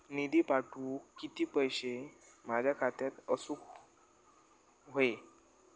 निधी पाठवुक किती पैशे माझ्या खात्यात असुक व्हाये?